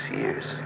years